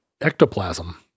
ectoplasm